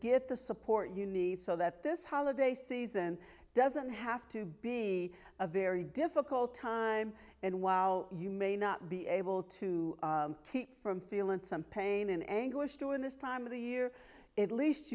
get the support you need so that this holiday season doesn't have to be a very difficult time and while you may not be able to keep from feeling some pain and anguish during this time of the year at least